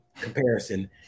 comparison